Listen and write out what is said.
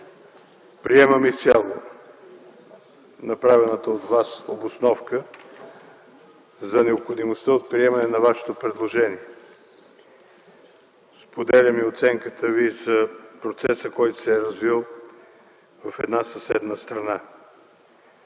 Приемам изцяло направената от Вас обосновка за необходимостта от приемане на Вашето предложение. Споделям и оценката Ви за процеса, който се е развил в една съседна страна.